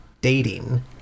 dating